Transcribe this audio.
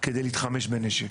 כדי להתחמש בנשק.